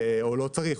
או לא צריך,